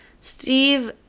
Steve